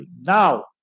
Now